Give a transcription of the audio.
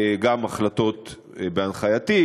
גם החלטות בהנחייתי,